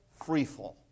freefall